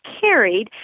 carried